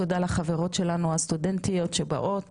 תודה לחברות שלנו הסטודנטיות שבאות.